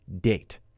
date